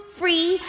free